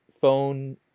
phone